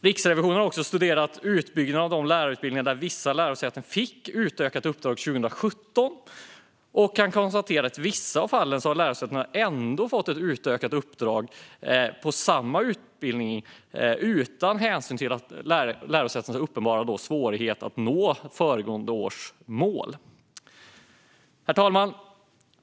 Riksrevisionen har även studerat utbyggnaden av de lärarutbildningar där vissa lärosäten fick utökade uppdrag 2017 och kan konstatera att i vissa fall har lärosäten fått utökade uppdrag på samma utbildning utan hänsyn till lärosätenas uppenbara svårigheter att nå upp till föregående års mål. Herr talman!